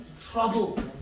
trouble